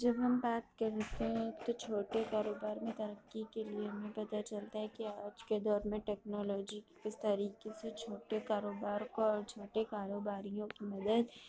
جب ہم بات کرتے ہیں تو چھوٹے کاروبار میں ترقی کے لیے ہمیں پتا چلتا ہے کہ آج کے دور میں ٹیکنالوجی کس طریقے سے چھوٹے کاروبار کو اور چھوٹے کاروباریوں کی مدد